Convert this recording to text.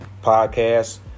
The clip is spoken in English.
podcast